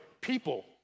people